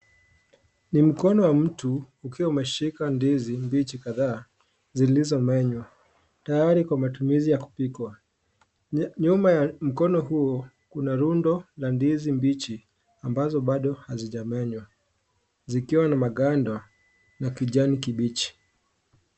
Ni mkono wa mtu ukiwa umeshika ndizi mbichi kadhaa zilizomenywa tayari kwa matumizi ya kupikwa. Nyuma ya mkono huo kuna rundo la ndizi mbichi ambazo bado hazijamenywa zikiwa na maganda ya kijani kibichi.